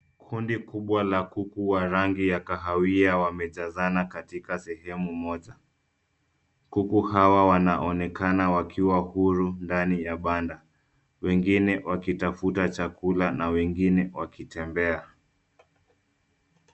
Kundi kubwa la kuku wa rangi ya kahawia wamejazana katika sehemu moja. Kuku hawa wanaonekana wakiwa huru ndani ya banda, wengine wakitafuta chakula na wengine wakitembea.